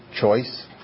choice